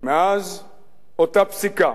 מאז אותה פסיקה